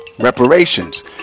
Reparations